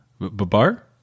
Babar